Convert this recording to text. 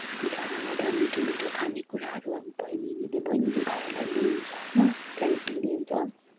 टिका लगाएर मिठो मिठो खानेकुराहरू अब बहिनी दिदीबहिनीले भाइहरूलाई दिइन्छ होइन त्यहाँदेखि दिइन्छ